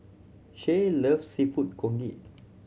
Shay loves Seafood Congee